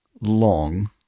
long